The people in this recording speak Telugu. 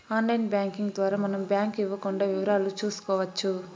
ఆన్లైన్ బ్యాంకింగ్ ద్వారా మనం బ్యాంకు ఇవ్వకుండా వివరాలు చూసుకోవచ్చు